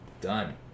Done